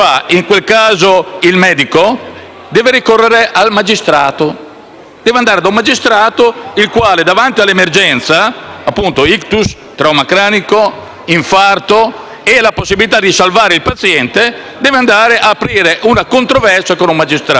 Deve ricorrere al magistrato, cioè davanti all'emergenza - appunto *ictus*, trauma cranico o infarto - e alla possibilità di salvare il paziente, deve andare ad aprire una controversia dinanzi ad un magistrato. Bella scelta di civiltà.